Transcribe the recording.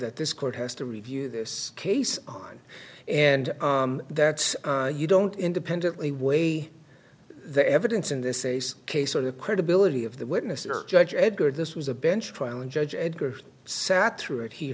that this court has to review this case on and that's you don't independently weigh the evidence in this ace case or the credibility of the witness or judge edgar this was a bench trial and judge edgar sat through it he